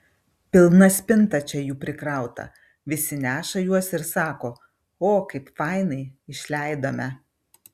pilna spinta čia jų prikrauta visi neša juos ir sako o kaip fainai išleidome